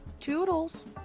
Toodles